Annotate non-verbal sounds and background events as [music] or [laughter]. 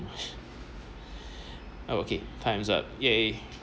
[breath] oh okay time's up !yay!